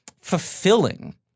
fulfilling